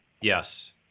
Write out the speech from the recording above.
Yes